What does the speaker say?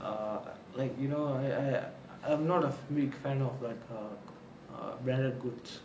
err like you know I I I'm not a big fan of like err branded goods